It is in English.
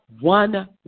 one